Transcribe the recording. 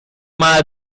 mal